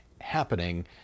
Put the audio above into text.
happening